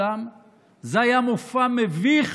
יגדלו הם יסתכלו על העולם בצורה אחרת